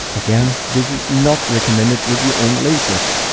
again, this is not recommended with your own lasers.